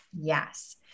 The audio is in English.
Yes